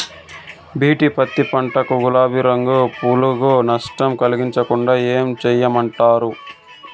BT పత్తి పంట కు, గులాబీ రంగు పులుగులు నష్టం కలిగించకుండా ఏం చేయమంటారు?